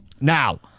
Now